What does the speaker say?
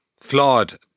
flawed